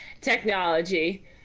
Technology